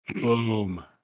Boom